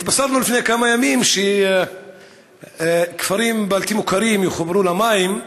התבשרנו לפני כמה ימים שכפרים בלתי מוכרים יחוברו למים,